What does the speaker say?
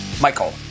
Michael